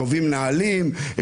קובעים נהלים,